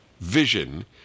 vision